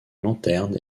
lanterne